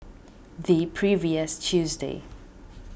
the previous Tuesday